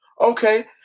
Okay